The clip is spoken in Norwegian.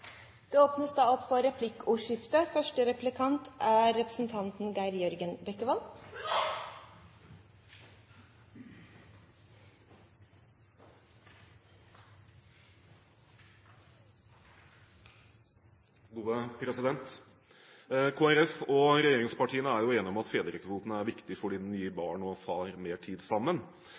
Det åpnes for replikkordskifte. Kristelig Folkeparti og regjeringspartiene er jo enige om at fedrekvoten er viktig fordi den gir barn og far mer tid sammen,